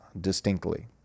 distinctly